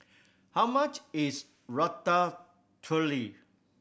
how much is Ratatouille